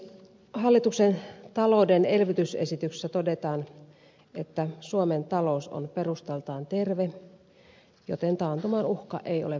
hallituksen taloudenelvytysesityksessä todetaan että suomen talous on perustaltaan terve joten taantuman uhka ei ole välttämätön